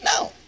No